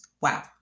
Wow